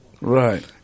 Right